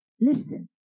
Listen